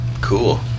cool